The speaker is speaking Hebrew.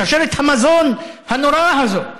שרשרת המזון הנוראה הזאת.